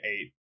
eight